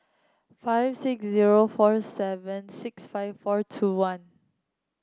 five six zero four seven six five four two one